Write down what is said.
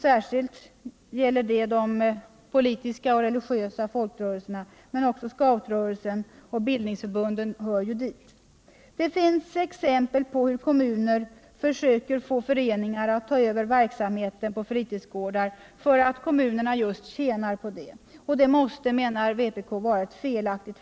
Särskilt gäller detta de politiska och religiösa folkrörelserna, men också scoutrörelsen och bildningsförbunden. Det finns exempel på hur kommuner försöker få föreningar alt ta över verksamheten på fritidsgårdar, därför att kommunerna tjänar på det. Enligt vpk måste detta vara felaktigt.